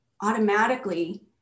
automatically